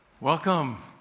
Welcome